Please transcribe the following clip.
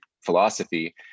philosophy